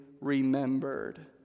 remembered